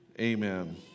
amen